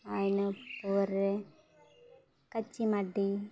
ᱟᱨ ᱤᱱᱟᱹ ᱯᱚᱨᱮ ᱠᱟᱹᱪᱤ ᱢᱟᱨᱰᱤ